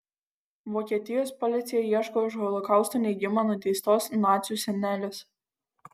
vokietijos policija ieško už holokausto neigimą nuteistos nacių senelės